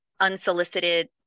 unsolicited